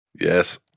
Yes